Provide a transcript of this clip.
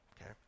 okay